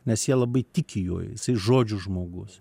nes jie labai tiki juoju žodžių žmogus